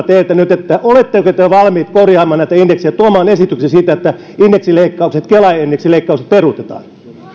teiltä nyt oletteko te valmiit korjaamaan näitä indeksejä tuomaan esityksen siitä että kela indeksileikkaukset peruutetaan